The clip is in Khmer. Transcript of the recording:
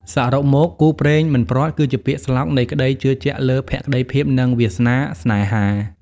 សរុបមក «គូព្រេងមិនព្រាត់» គឺជាពាក្យស្លោកនៃក្ដីជឿជាក់លើភក្តីភាព និងវាសនាស្នេហា។